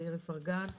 תאיר איפרגן,